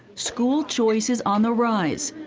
school choice is on the rise.